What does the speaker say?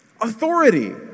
Authority